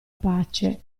pace